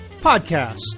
Podcast